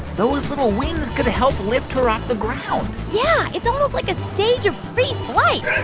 those little wings could help lift her off the ground yeah. it's almost like a stage of preflight.